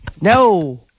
no